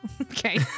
okay